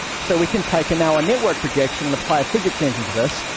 so we can take in our network projection and apply a physics engine to this,